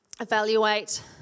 evaluate